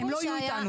פשוט הזוי.